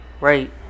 Right